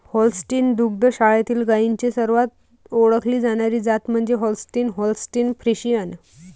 Holstein दुग्ध शाळेतील गायींची सर्वात ओळखली जाणारी जात म्हणजे होल्स्टीन होल्स्टीन फ्रिशियन